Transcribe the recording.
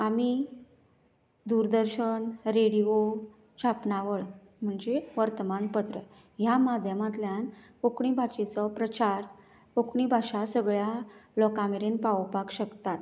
आमी दुरदर्शन रेडिओ छापणावळ म्हणजे वर्तमान पत्र ह्या माध्यमांतल्यान कोंकणी भाशेचो प्रचार कोंकणी भाशा सगळ्यां लोकां मेरेन पावोवपाक शकतात